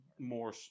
more